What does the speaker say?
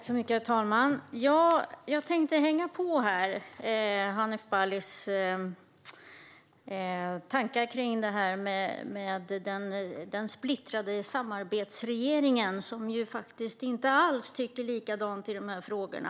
Herr talman! Jag tänkte hänga på Hanif Balis tankar om den splittrade samarbetsregeringen, vars partier faktiskt inte alls tycker likadant i dessa frågor.